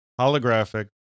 Holographic